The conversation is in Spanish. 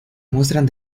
muestran